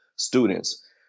Students